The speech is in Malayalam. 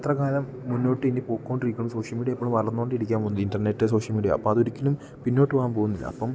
എത്ര കാലം മുന്നോട്ട് ഇനി പോയിക്കൊണ്ടിരിക്കും സോഷ്യൽ മീഡിയ ഇപ്പോഴും വളർന്നു കൊണ്ടിരിക്കുക ഇൻറർനെറ്റ് സോഷ്യൽ മീഡിയ അപ്പം അത് ഒരിക്കലും പിന്നോട്ട് പോകാൻ പോവുന്നില്ല അപ്പം